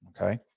okay